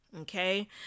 Okay